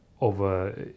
over